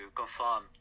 confirm